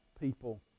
people